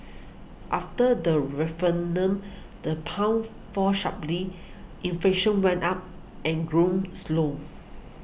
after the the pound fall sharply inflation went up and growth slowed